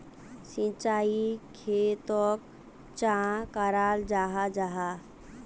सिंचाई खेतोक चाँ कराल जाहा जाहा?